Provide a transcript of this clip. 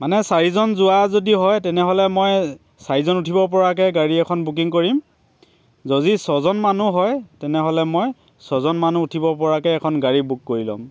মানে চাৰিজন যোৱা যদি হয় তেনেহ'লে মই চাৰিজন উঠিব পৰাকৈ গাড়ী এখন বুকিং কৰিম যদি ছজন মানুহ হয় তেনেহ'লে মই ছজন মানুহ উঠিব পৰাকৈ এখন গাড়ী বুক কৰি ল'ম